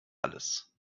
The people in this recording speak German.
alles